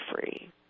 free